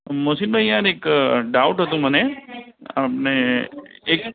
મોહસીનભાઈ યાર એક ડાઉટ હતો મને અને એક